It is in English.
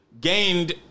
gained